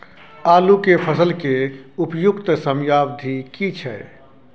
आलू के फसल के उपयुक्त समयावधि की छै?